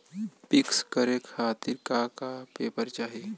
पिक्कस करे खातिर का का पेपर चाही?